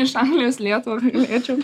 iš anglijos į lietuvą galėčiau